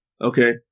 Okay